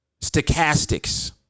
Stochastics